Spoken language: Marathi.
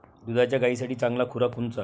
दुधाच्या गायीसाठी चांगला खुराक कोनचा?